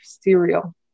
cereal